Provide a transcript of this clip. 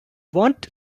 want